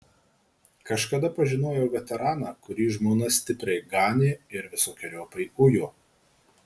kažkada pažinojau veteraną kurį žmona stipriai ganė ir visokeriopai ujo